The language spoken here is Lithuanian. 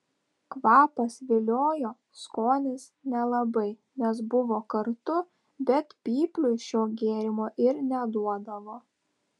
kvapas viliojo skonis nelabai nes buvo kartu bet pypliui šio gėrimo ir neduodavo